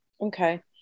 Okay